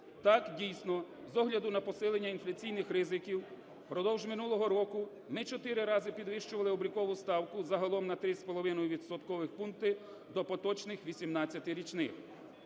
Так, дійсно, з огляду на посилення інфляційних ризиків впродовж минулого року ми 4 рази підвищували облікову ставку загалом на 3,5 відсоткових пункти до поточних 18 річних.